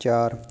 ਚਾਰ